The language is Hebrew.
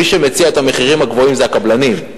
מי שמציע את המחירים הגבוהים זה הקבלנים.